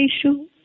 issue